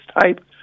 type